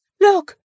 look